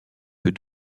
que